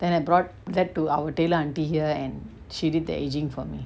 then I brought back to our tailor aunty here and she did the ageing for me